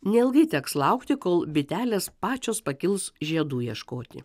neilgai teks laukti kol bitelės pačios pakils žiedų ieškoti